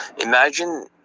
Imagine